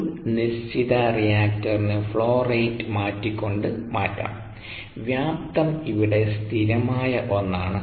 ഒരു നിശ്ചിത റിയാക്ടറിന് ഫ്ലോ റേറ്റ് മാറ്റിക്കൊണ്ട് മാറ്റാം വ്യാപ്തം ഇവിടെ സ്ഥിരമായ ഒന്നാണ്